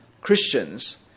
Christians